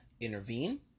intervene